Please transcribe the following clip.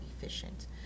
efficient